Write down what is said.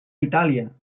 itàlia